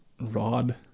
Rod